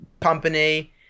company